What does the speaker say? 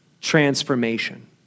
transformation